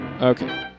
Okay